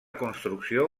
construcció